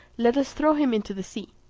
let us throw him into the sea.